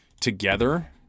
together